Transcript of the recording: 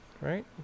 right